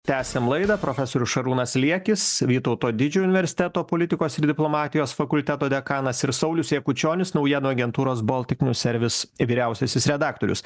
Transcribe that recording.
tęsiam laidą profesorius šarūnas liekis vytauto didžiojo universiteto politikos ir diplomatijos fakulteto dekanas ir saulius jakučionis naujienų agentūros baltic news service vyriausiasis redaktorius